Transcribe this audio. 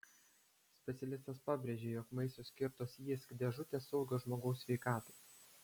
specialistas pabrėžia jog maistui skirtos jysk dėžutės saugios žmogaus sveikatai